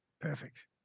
Perfect